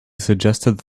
suggested